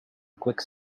quick